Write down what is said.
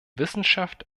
wissenschaft